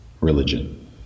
religion